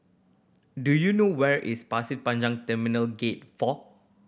do you know where is Pasir Panjang Terminal Gate Four